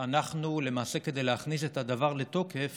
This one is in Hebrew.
למעשה, כדי להכניס את הדבר לתוקף